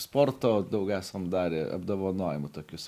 sporto daug esam darę apdovanojimų tokius